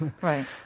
Right